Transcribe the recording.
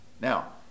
now